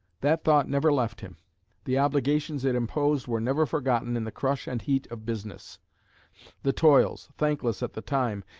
that thought never left him the obligations it imposed were never forgotten in the crush and heat of business the toils, thankless at the time,